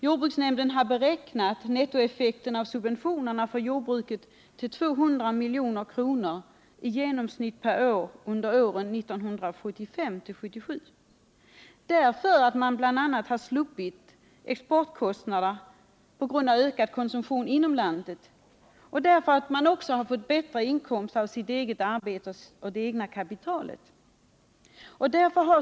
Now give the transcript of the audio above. Jordbruksnämnden har beräknat nettoeffekten av subventionerna för jordbruket till 200 milj.kr. i genomsnitt per år under åren 1975-1977, därför att man sluppit exportkostnader på grund av ökad konsumtion inom landet och därför att man fått bättre inkomster av sitt eget arbete och det egna kapitalet.